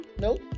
nope